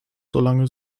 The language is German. solange